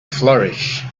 flourish